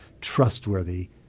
trustworthy